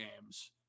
games